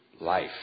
life